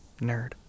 nerd